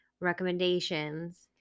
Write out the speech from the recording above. recommendations